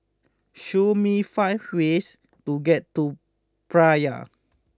show me five ways to get to Praia